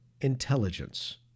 intelligence